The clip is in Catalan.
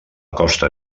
costa